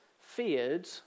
feared